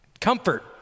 Comfort